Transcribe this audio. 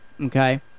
Okay